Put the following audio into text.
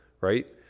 right